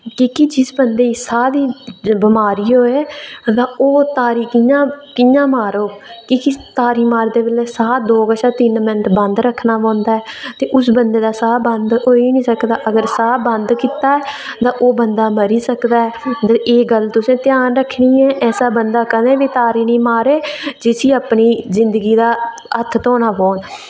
जेह्की चीज बंदे गी साह् दी बमारी होऐ तां ओह् तारी कि'यां कि'यां मारग कि तारी मारदे बेल्लै साह् दो कशा तिन्न मिंट बंद रक्खना पौंदा ऐ ते उस बंदे दा साह् बंद होई गै निं सकदा अगर साह् बंद कीता तां ओह् बंदा मरी सकदा ऐ ते एह् गल्ल तुसें ध्यान रक्खनी ऐ ऐसा बंदा कदें बी तारी निं मारै जिसी अपनी जिंदगी दा हत्थ धोना पौन